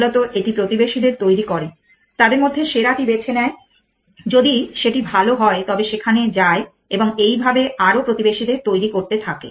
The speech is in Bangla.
মূলত এটি প্রতিবেশীদের তৈরী করে তাদের মধ্যে সেরাটি বেছে নেয় যদি সেটি ভাল হয় তবে সেখানে যায় এবং এইভাবে আরও প্রতিবেশীদের তৈরি করতে থাকে